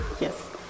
yes